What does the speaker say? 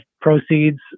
proceeds